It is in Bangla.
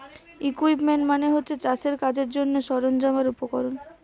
ইকুইপমেন্ট মানে হচ্ছে চাষের কাজের জন্যে সরঞ্জাম আর উপকরণ